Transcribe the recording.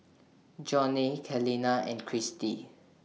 Johney Celina and Cristi